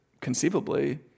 conceivably